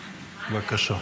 בבקשה.